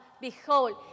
Behold